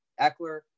Eckler